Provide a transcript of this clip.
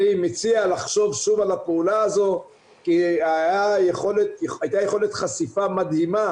אני מציע לחשוב שוב על הפעולה הזו כי הייתה יכולת חשיפה מדהימה